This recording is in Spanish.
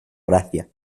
gracia